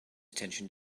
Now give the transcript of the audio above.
attention